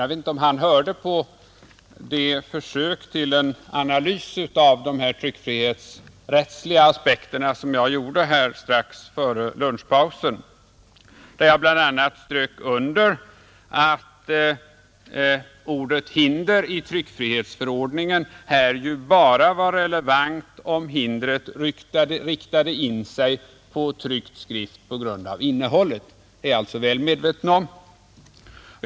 Jag vet inte om han hörde det försök till en analys av de tryckfrihetsrättsliga aspekterna som jag gjorde strax före middagspausen, då jag bl.a. strök under att ordet ”hinder” i tryckfrihetsförordningen bara var relevant om hindret riktade in sig på tryckt skrift på grund av innehållet. Det är jag alltså väl medveten om.